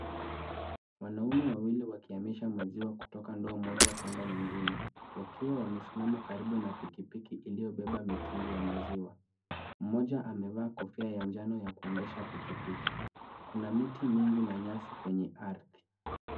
Wanaume wawili wakihamisha maziwa kutoka ndoa moja kwenda nyingine, wakiwa wamesimama karibu na pikipiki hilio beba mitungi ya maziwa, mmoja amevaa kofia ya njano ya kuendesha pikipiki, kuna miti mingi na nyasi kwenye ardhi.